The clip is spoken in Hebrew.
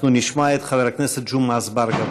אנחנו נשמע את חבר הכנסת ג'מעה אזברגה.